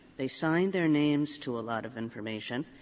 they sign their names to a lot of information,